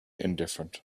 indifferent